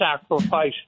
sacrifice